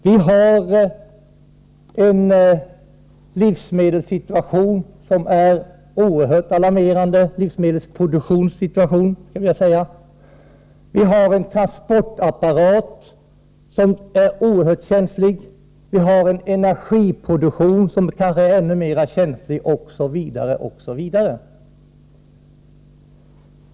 Vi har en livsmedelsproduktionssituation som är oerhört alarmerande, vi har en transportapparat som är oerhört känslig, vi har en energiproduktion som kanske är ännu mer känslig, osv.